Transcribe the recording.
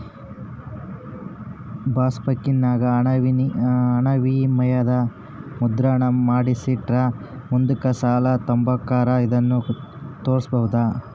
ಪಾಸ್ಬುಕ್ಕಿನಾಗ ಹಣವಿನಿಮಯದ ಮುದ್ರಣಾನ ಮಾಡಿಸಿಟ್ರ ಮುಂದುಕ್ ಸಾಲ ತಾಂಬಕಾರ ಇದನ್ನು ತೋರ್ಸ್ಬೋದು